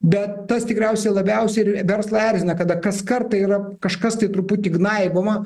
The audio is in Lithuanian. bet tas tikriausiai labiausiai ir verslui erzina kada kas kartą yra kažkas tai truputį gnaiboma